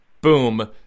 boom